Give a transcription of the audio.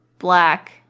black